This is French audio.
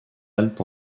alpes